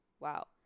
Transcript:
Wow